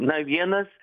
na vienas